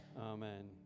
Amen